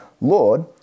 Lord